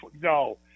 No